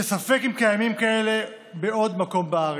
שספק אם קיימים כאלה בעוד מקום בארץ.